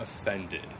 offended